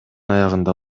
аягында